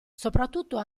soprattutto